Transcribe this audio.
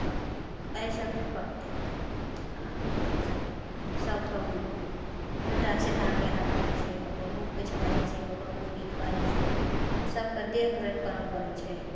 तब की अइसँ की करतय कना कऽ हेतय सभ सभके उल्टा सीधा कहय पड़य छै ककरो लग किछु बाजय छियै ककरो लग किछु बाजय छियै सभके देख रेख करऽ पड़य छै